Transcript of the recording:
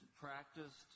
practiced